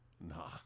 Nah